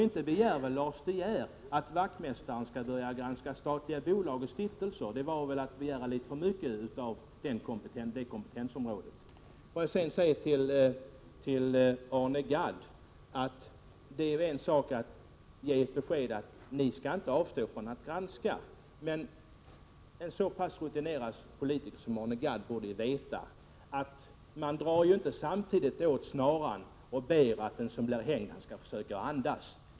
Inte begär väl Lars De Geer att vaktmästaren skall börja granska statliga bolag och stiftelser? Det vore väl att begära litet för mycket på det kompetensområdet. Till Arne Gadd vill jag säga: Det är en sak att ge ett besked om att vi inte skall avstå från att granska. Men en så pass rutinerad politiker som Arne Gadd borde veta att man inte samtidigt drar åt snaran och ber att den som blir hängd skall försöka andas.